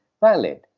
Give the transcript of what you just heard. valid